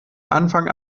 anfang